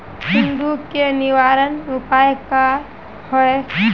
सुंडी के निवारण उपाय का होए?